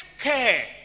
care